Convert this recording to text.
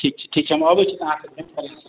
ठीक छै ठीक छै हम अबैत छी तऽ अहाँ से भेट करैत छी